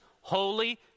holy